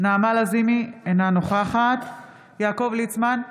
נעמה לזימי, אינה נוכחת יעקב ליצמן,